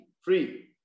free